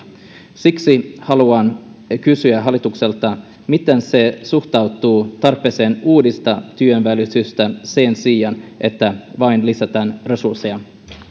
siksi haluan kysyä hallitukselta miten se suhtautuu tarpeeseen uudistaa työnvälitystä sen sijaan että vain lisätään resursseja